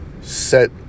set